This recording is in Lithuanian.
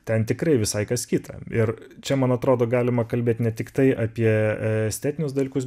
ten tikrai visai kas kita ir čia man atrodo galima kalbėt ne tiktai apie estetinius dalykus